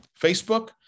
Facebook